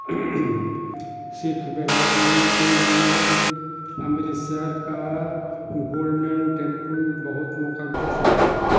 سکھ برادری کے لیے امرتسر کا گولڈن ٹیمپل بہت مقدس مقام ہے